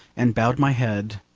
and bowed my head,